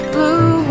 Blue